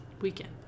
Weekend